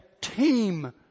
team